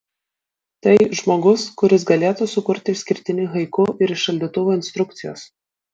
tai žmogus kuris galėtų sukurti išskirtinį haiku ir iš šaldytuvo instrukcijos